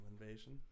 invasion